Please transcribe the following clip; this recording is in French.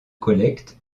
collecte